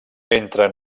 entre